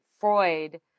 Freud